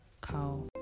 cow